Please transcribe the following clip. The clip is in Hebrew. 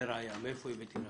לראיה מאיפה הבאתי ראיה?